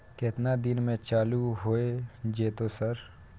केतना दिन में चालू होय जेतै सर?